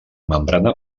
membrana